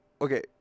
Okay